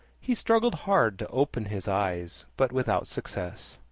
he struggled hard to open his eyes, but without success.